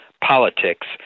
politics